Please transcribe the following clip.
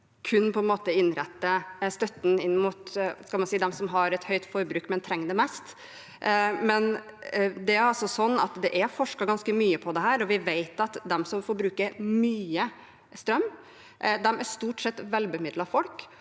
kun retter støtten inn mot dem som har et høyt forbruk, men trenger den mest. Men det er forsket ganske mye på dette, og vi vet at de som forbruker mye strøm, stort sett er vel bemidlede folk.